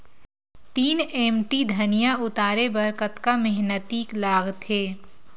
तीन एम.टी धनिया उतारे बर कतका मेहनती लागथे?